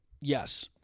yes